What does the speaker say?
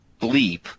bleep